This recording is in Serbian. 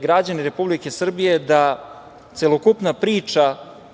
građani Republike Srbije, vidite da celokupna priča